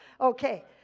Okay